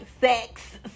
Sex